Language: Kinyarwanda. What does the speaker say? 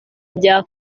bya